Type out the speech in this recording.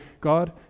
god